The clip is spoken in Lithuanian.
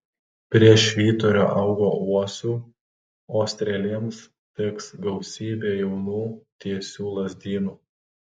prie švyturio augo uosių o strėlėms tiks gausybė jaunų tiesių lazdynų